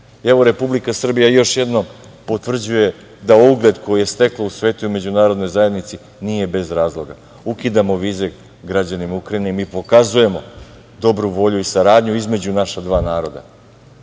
Republika Srbija još jednom potvrđuje da ugled koji je stekla u svetu i međunarodnoj zajednici nije bez razloga. Ukidamo vize građanima Ukrajine i mi pokazujemo dobru volji i saradnju između naša dva naroda,